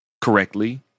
correctly